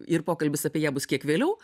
ir pokalbis apie ją bus kiek vėliau